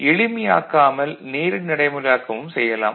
எளிமையாக்காமல் நேரடி நடைமுறையாக்கமும் செய்யலாம்